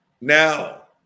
Now